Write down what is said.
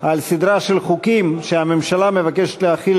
על סדרה של חוקים שהממשלה מבקשת להחיל